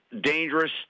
dangerous